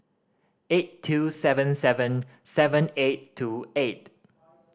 eight two seven seven seven eight two eight